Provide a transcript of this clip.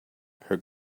her